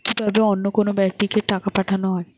কি ভাবে অন্য কোনো ব্যাক্তিকে টাকা পাঠানো হয়?